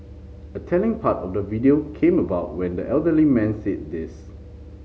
a telling part of the video came about when the elderly man said this